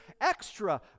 extra